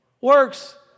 works